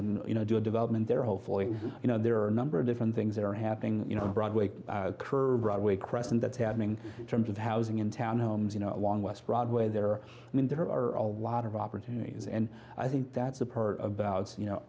and you know do a development there hopefully you know there are a number of different things that are happening you know broadway curb broadway crescent that's happening in terms of housing in town homes you know along west broadway there i mean there are a lot of opportunities and i think that's a part about you know